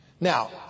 Now